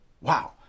Wow